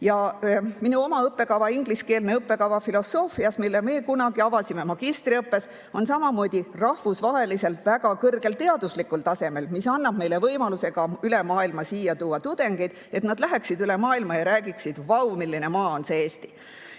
Ja minu oma õppekava, ingliskeelne õppekava filosoofias, mille me kunagi avasime magistriõppes, on samamoodi rahvusvaheliselt väga kõrgel teaduslikul tasemel. See annab meile võimaluse ka kogu maailmast siia tuua tudengeid, et nad läheksid üle maailma ja räägiksid: vau, milline maa on see Eesti.